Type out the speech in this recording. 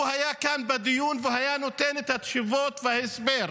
הוא היה כאן בדיון, והיה נותן את התשובות וההסבר.